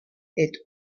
est